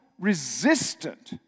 resistant